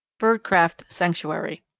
birdcraft sanctuary.